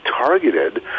targeted